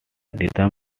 rhythm